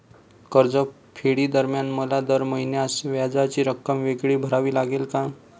कर्जफेडीदरम्यान मला दर महिन्यास व्याजाची रक्कम वेगळी भरावी लागेल का?